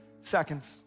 seconds